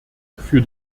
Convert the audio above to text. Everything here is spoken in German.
für